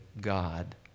God